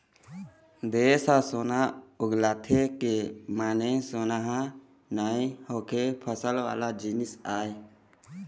देस ह सोना उगलथे के माने सोनहा नइ होके फसल वाला जिनिस आय